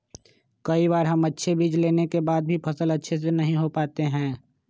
कई बार हम अच्छे बीज लेने के बाद भी फसल अच्छे से नहीं हो पाते हैं?